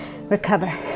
Recover